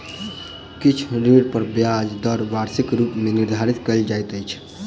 किछ ऋण पर ब्याज दर वार्षिक रूप मे निर्धारित कयल जाइत अछि